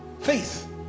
faith